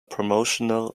promotional